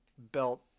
belt